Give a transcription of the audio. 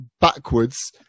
backwards